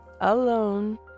alone